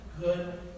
good